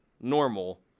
normal